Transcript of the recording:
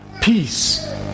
peace